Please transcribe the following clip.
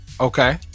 Okay